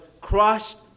crushed